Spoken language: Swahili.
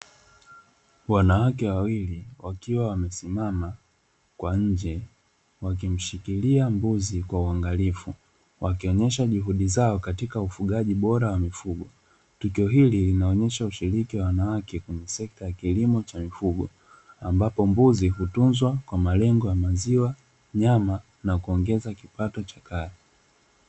Wanawake wawili wakiwa wamesimama kwa nje wakimshikilia mbuzi kwa uangalifu wakionesha juhudi zao katika ufugaji bora wa mifugo. Tukio hili linaonesha ushiriki wa wanawake kwenye sekta ya kilimo cha mifugo ambapo mbuzi hutunzwa kwa malengo ya maziwa, nyama na kuongeza kipato cha kaya